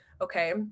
Okay